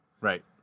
Right